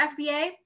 FBA